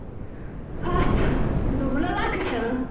ہَتھ دوٚپمو نہ لَکٕٹۍ حظ